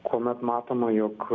kuomet matoma jog